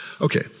Okay